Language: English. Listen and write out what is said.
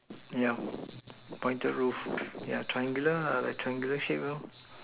yeah pointed row yeah triangular like triangular shape